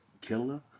killer